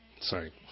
Sorry